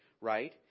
right